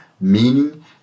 meaning